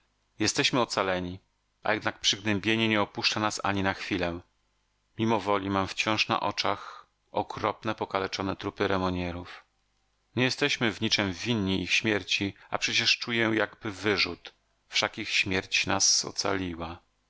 jesteśmy ocaleni a jednak przygnębienie nie opuszcza nas ani na chwilę mimowoli mam wciąż na oczach okropne pokaleczone trupy remognerów nie jesteśmy w niczem winni ich śmierci a przecież czuję jakby wyrzut wszak ich śmierć nas ocaliła